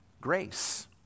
grace